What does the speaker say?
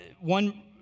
one